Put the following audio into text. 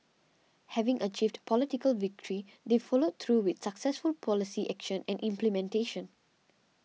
having achieved political victory they followed through with successful policy action and implementation